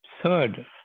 Third